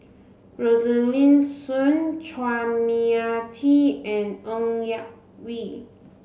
Rosaline Soon Chua Mia Tee and Ng Yak Whee